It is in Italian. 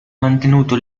mantenuto